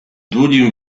długim